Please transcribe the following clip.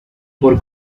por